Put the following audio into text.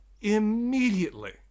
immediately